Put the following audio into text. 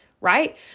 right